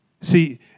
See